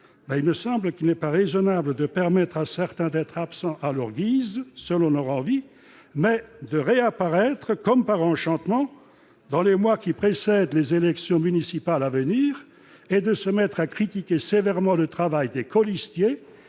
il ne semble il n'est pas raisonnable de permettre à certains d'être absent à leur guise selon leur envie mais de réapparaître, et comme par enchantement dans les mois qui précèdent les élections municipales à venir et de se mettre à critiquer sévèrement le travail des colistiers